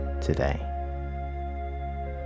today